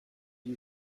you